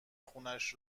خونش